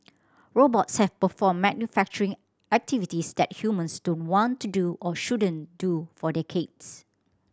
robots have performed manufacturing activities that humans don't want to do or shouldn't do for decades